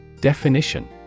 Definition